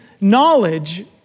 knowledge